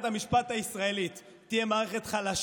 מה הקשר?